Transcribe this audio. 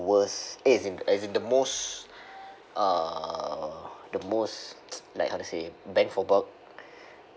worst eh as in the most uh the most like how to say bang for buck